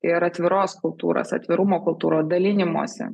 ir atviros kultūros atvirumo kultūro dalinimosi